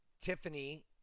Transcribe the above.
Tiffany